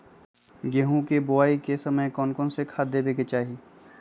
गेंहू के बोआई के समय कौन कौन से खाद देवे के चाही?